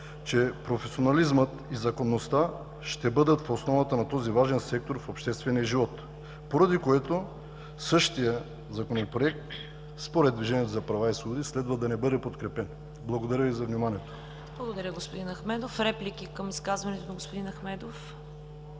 че професионализмът и законността ще бъдат в основата на този важен сектор в обществения живот, поради което същият Законопроект според „Движението за права и свободи“ следва да не бъде подкрепен. Благодаря Ви за вниманието. ПРЕДСЕДАТЕЛ ЦВЕТА КАРАЯНЧЕВА: Благодаря, господин Ахмедов. Реплики към изказването на господин Ахмедов?